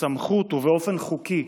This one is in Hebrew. בסמכות ובאופן חוקי,